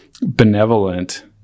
benevolent